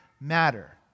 matter